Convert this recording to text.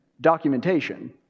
documentation